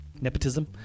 nepotism